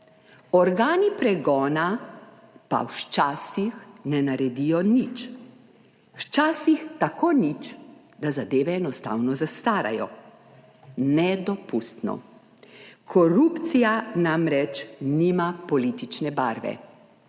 Organi pregona pa včasi h ne naredijo nič. Včasih tako nič, da zadeve enostavno zastarajo, nedopustno. Korupcija namreč nima politične barve